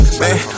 man